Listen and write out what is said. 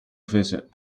visit